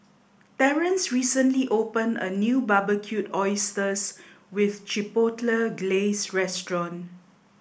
Terance recently opened a new Barbecued Oysters with Chipotle Glaze Restaurant